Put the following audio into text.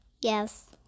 Yes